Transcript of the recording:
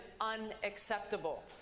unacceptable